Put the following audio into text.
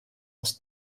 aus